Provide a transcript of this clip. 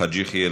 חאג' יחיא,